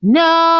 no